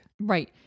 Right